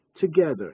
together